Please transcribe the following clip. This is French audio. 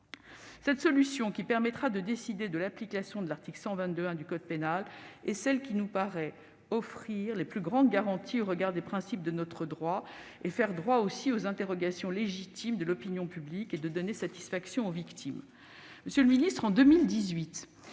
Cette solution, qui permettra de décider de l'application de l'article 122-1 du code pénal, est celle qui nous paraît offrir les garanties les plus importantes au regard des principes de notre droit, répondre aux interrogations légitimes de l'opinion publique et donner satisfaction aux victimes.